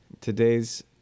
Today's